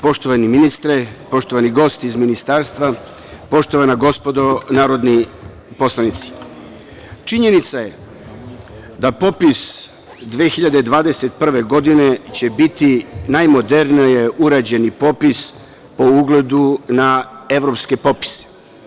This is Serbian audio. Poštovani ministre, poštovani gosti iz ministarstva, poštovana gospodo narodni poslanici, činjenica je da popis 2021. godine će biti najmodernije urađeni popis po ugledu evropske popise.